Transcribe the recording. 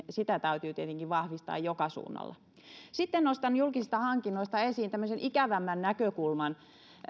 sitä täytyy tietenkin vahvistaa joka suunnalla sitten nostan julkisista hankinnoista esiin tämmöisen ikävämmän näkökulman